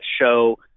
show